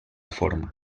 forma